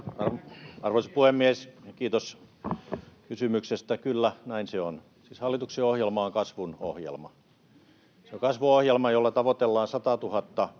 Arvoisa puhemies! Kiitos kysymyksestä. Kyllä, näin se on. Siis hallituksen ohjelma on kasvun ohjelma. Se on kasvun ohjelma, [Vasemmalta: Teot